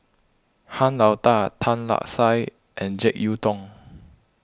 Han Lao Da Tan Lark Sye and Jek Yeun Thong